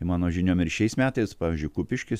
mano žiniom ir šiais metais pavyzdžiui kupiškis